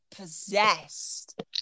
possessed